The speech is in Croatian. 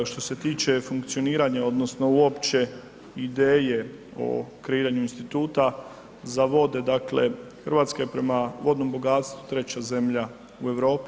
Što se tiče funkcioniranja odnosno uopće ideje o kreiranju instituta za vode, dakle Hrvatska je prema vodnom bogatstvu 3 zemlja u Europi.